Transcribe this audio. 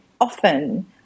often